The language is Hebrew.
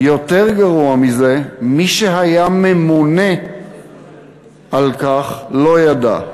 יותר גרוע מזה, מי שהיה ממונה על כך לא ידע.